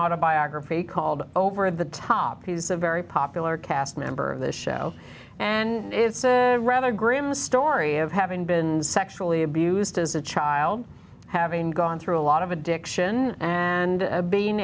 autobiography called over the top he's a very popular cast member of this show and it's rather grim story of having been sexually abused as a child having gone through a lot of addiction and